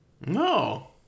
No